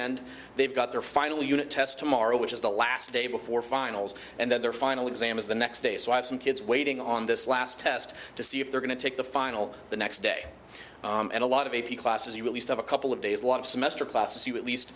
end they've got their final unit test tomorrow which is the last day before finals and then their final exam is the next day so i have some kids waiting on this last test to see if they're going to take the final the next day and a lot of a p classes you at least have a couple of days a lot of semester classes you at least